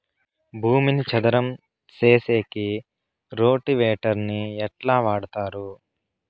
భూమిని చదరం సేసేకి రోటివేటర్ ని ఎట్లా వాడుతారు?